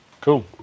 Cool